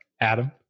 adam